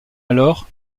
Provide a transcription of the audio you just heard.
alors